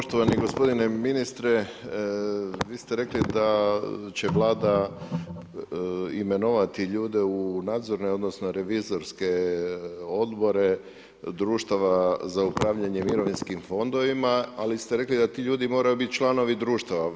Poštovani g. ministre, vi ste rekli da će vlada imenovati ljude u nadzorni, odnosno, revizorski odbore, društava za upravljanje mirovinskim fondovima, ali ste rekli da ti ljudi moraju biti članovi društava.